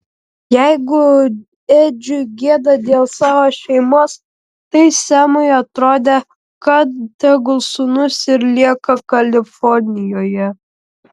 jeigu edžiui gėda dėl savo šeimos tai semui atrodė kad tegul sūnus ir lieka kalifornijoje